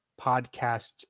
podcast